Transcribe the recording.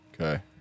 Okay